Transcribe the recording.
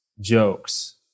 jokes